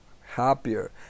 happier